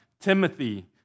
Timothy